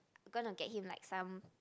I'm gonna get him like some